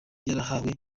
yarahawe